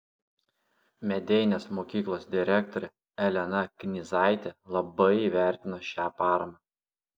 medeinės mokyklos direktorė elena knyzaitė labai įvertino šią paramą